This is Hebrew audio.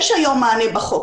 יש היום מענה בחוק.